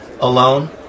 alone